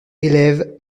élèves